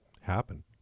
happen